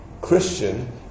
Christian